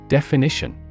Definition